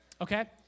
okay